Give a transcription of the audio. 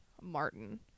martin